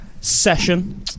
session